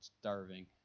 starving